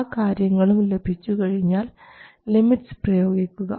ആ കാര്യങ്ങളും ലഭിച്ചു കഴിഞ്ഞാൽ ലിമിറ്റ്സ് പ്രയോഗിക്കുക